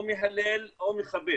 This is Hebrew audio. או מהלל או מחבק.